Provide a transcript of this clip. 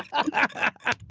i